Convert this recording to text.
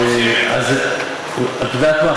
את יודעת מה,